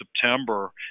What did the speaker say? September